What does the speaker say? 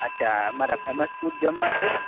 અચ્છા અમારા famous food જમવા છે